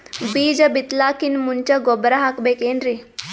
ಬೀಜ ಬಿತಲಾಕಿನ್ ಮುಂಚ ಗೊಬ್ಬರ ಹಾಕಬೇಕ್ ಏನ್ರೀ?